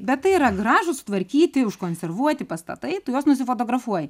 bet tai yra gražūs sutvarkyti užkonservuoti pastatai tu juos nusifotografuoji